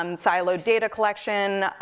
um silo data collection,